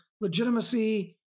legitimacy